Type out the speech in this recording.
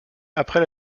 après